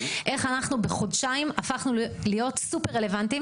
איך אנחנו בחודשיים הפכנו להיות סופר רלוונטיים